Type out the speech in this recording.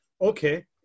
okay